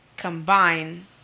combine